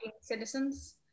citizens